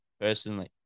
personally